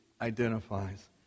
identifies